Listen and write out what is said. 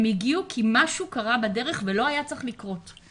הם הגיעו כי משהו קרה בדרך ולא היה צריך לקרות.